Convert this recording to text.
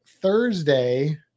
Thursday